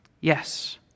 Yes